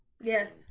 Yes